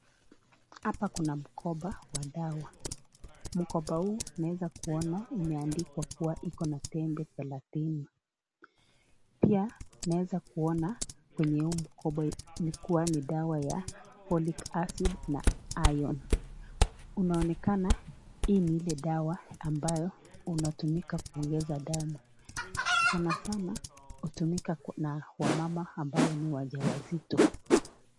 Hapa kuna mkoba wa dawa, mkoba huu tunaweza kuona umeandikwa kuwa una tembe thelathini. Pia naweza kuona kwenye huu mkoba ni dawa ya (cs) Folic acid (cs) na iron(cs). Unonekana hii ni ile dawa ambayo inatumika kuongeza damu, sanasana hutumika na wamama ambao ni wajawazito.